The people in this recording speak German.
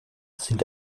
sind